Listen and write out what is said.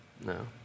No